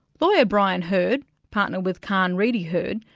lawyer brian herd, partner with carnie reedy herd,